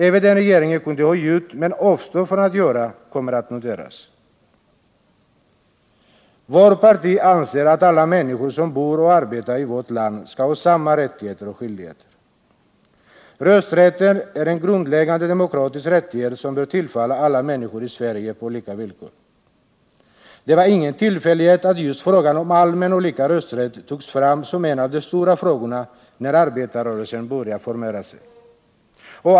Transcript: Även det som regeringen kunde göra, men som den avstår från att göra kommer att noteras. Vårt parti anser att alla människor som bor och arbetar i vårt land skall ha samma rättigheter och skyldigheter. Rösträtten är en grundläggande demokratisk rättighet, som bör tillfalla alla människor i Sverige på lika villkor. Det var ingen tillfällighet att just frågan om allmän och lika rösträtt togs fram som en av de stora frågorna när arbetarrörelsen började formera sig.